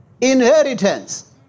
inheritance